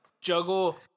juggle